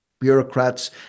bureaucrats